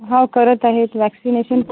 हो करत आहेत वॅक्सिनेशन